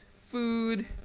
food